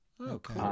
Okay